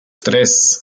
tres